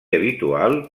habitual